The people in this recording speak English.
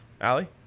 Allie